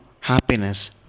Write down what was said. happiness